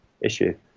issue